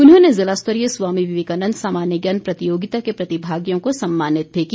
उन्होंने जिला स्तरीय स्वामी विवेकानंद सामान्य ज्ञान प्रतियोगिता के प्रतिभागियों को सम्मानित भी किया